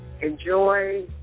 Enjoy